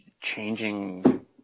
changing